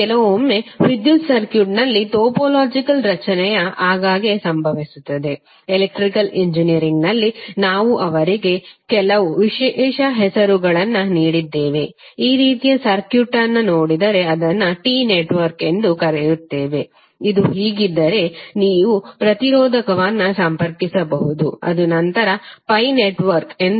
ಕೆಲವೊಮ್ಮೆ ವಿದ್ಯುತ್ ಸರ್ಕ್ಯೂಟ್ನಲ್ಲಿ ಟೊಪೊಲಾಜಿಕಲ್ ರಚನೆಯು ಆಗಾಗ್ಗೆ ಸಂಭವಿಸುತ್ತದೆ ಎಲೆಕ್ಟ್ರಿಕಲ್ ಎಂಜಿನಿಯರಿಂಗ್ನಲ್ಲಿ ನಾವು ಅವರಿಗೆ ಕೆಲವು ವಿಶೇಷ ಹೆಸರುಗಳನ್ನು ನೀಡಿದ್ದೇವೆ ಈ ರೀತಿಯ ಸರ್ಕ್ಯೂಟ್ ಅನ್ನು ನೋಡಿದರೆ ಅದನ್ನು T ನೆಟ್ವರ್ಕ್ ಎಂದು ಕರೆಯುತ್ತೇವೆ ಇದು ಹೀಗಿದ್ದರೆ ನೀವು ಪ್ರತಿರೋಧಕವನ್ನು ಸಂಪರ್ಕಿಸಿರಬಹುದು ಇದನ್ನು ನಂತರ pi ನೆಟ್ವರ್ಕ್ pi network